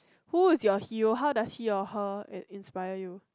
who is your hero how does he or her inspire you